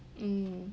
mm